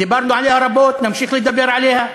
דיברנו עליה רבות, נמשיך לדבר עליה.